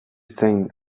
zein